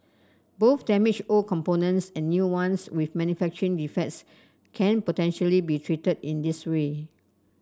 both damaged old components and new ones with manufacturing defects can potentially be treated in this way